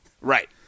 Right